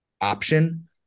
option